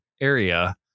area